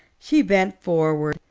she bent forward,